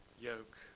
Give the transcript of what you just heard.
yoke